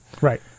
right